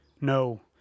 No